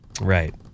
Right